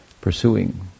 pursuing